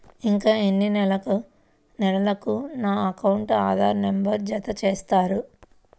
ఇంకా ఎన్ని నెలలక నా అకౌంట్కు ఆధార్ నంబర్ను జత చేస్తారు?